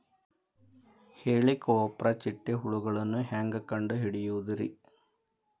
ಹೇಳಿಕೋವಪ್ರ ಚಿಟ್ಟೆ ಹುಳುಗಳನ್ನು ಹೆಂಗ್ ಕಂಡು ಹಿಡಿಯುದುರಿ?